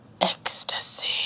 Ecstasy